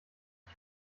ich